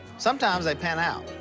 sometimes they pan out,